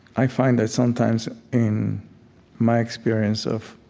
i find that sometimes, in my experience of